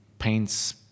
Paints